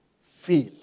feel